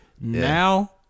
Now